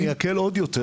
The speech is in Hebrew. אני אקל עוד יותר,